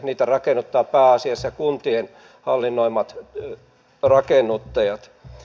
niitä rakennuttavat pääasiassa kuntien hallinnoimat rakennuttajat